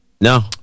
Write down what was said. no